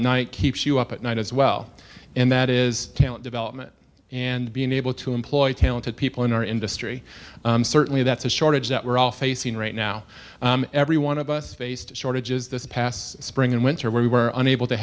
night keeps you up at night as well and that is development and being able to employ talented people in our industry certainly that's a shortage that we're all facing right now every one of us faced shortages this past spring and winter where we were unable to